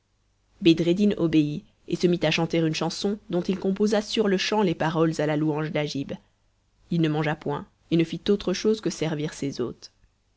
bedreddin obéit et se mit à chanter une chanson dont il composa sur-le-champ les paroles à la louange d'agib il ne mangea point et ne fit autre chose que servir ses hôtes